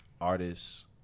artists